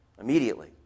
immediately